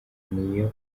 niyo